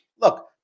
Look